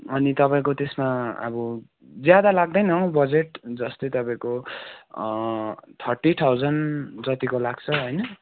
अनि तपाईँको त्यसमा अब ज्यादा लाग्दैन हौ बजेट जस्तै तपाईँको थर्टी थाउजन जतिको लाग्छ होइन